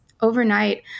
overnight